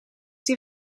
die